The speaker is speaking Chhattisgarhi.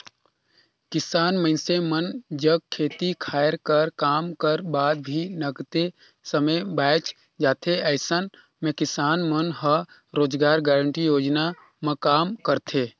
किसान मइनसे मन जग खेती खायर कर काम कर बाद भी नगदे समे बाएच जाथे अइसन म किसान मन ह रोजगार गांरटी योजना म काम करथे